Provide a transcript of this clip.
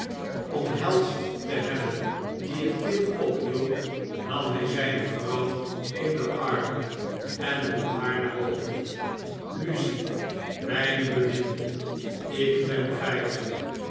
omhelsd te hebben die het kind ophield nam hn zjjne vrouw in de armen en droeg haar naar boven luciei mijne bemindel ik ben veilig